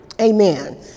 Amen